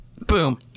Boom